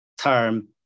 term